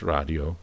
Radio